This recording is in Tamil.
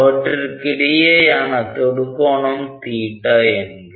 அவற்றிற்கிடையேயான தொடுகோணம் என்க